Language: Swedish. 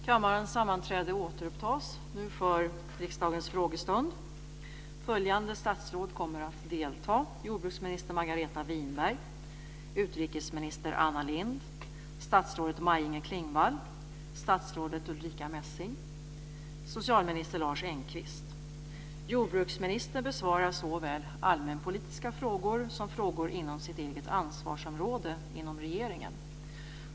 Kammarens sammanträde återupptas nu för riksdagens frågestund. Följande statsråd kommer att delta: jordbruksminister Margareta Winberg, utrikesminister Anna Lindh, statsrådet Maj-Inger Klingvall, statsrådet Ulrica Messing och socialminister Jordbruksministern besvarar såväl allmänpolitiska frågor som frågor inom sitt eget ansvarsområde inom regeringen.